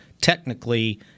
technically